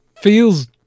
feels